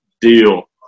deal